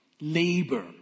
labor